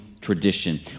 tradition